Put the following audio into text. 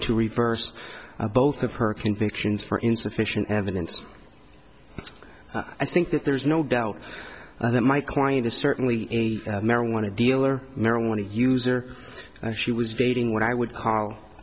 to reverse both of her convictions for insufficient evidence i think that there's no doubt that my client is certainly a marijuana dealer marijuana user and she was dating what i would call